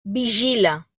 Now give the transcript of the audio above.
vigila